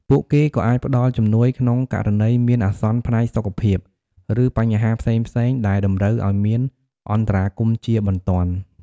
ពួកគេក៏អាចផ្តល់ជំនួយក្នុងករណីមានអាសន្នផ្នែកសុខភាព ឬបញ្ហាផ្សេងៗដែលតម្រូវឲ្យមានអន្តរាគមន៍ជាបន្ទាន់។